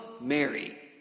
Mary